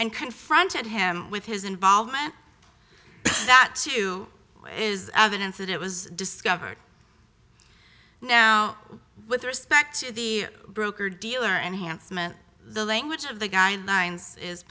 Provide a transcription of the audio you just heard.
and confronted him with his involvement that too is evidence that it was discovered now with respect to the broker dealer and handsome and the language of the guidelines is